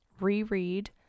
reread